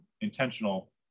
intentional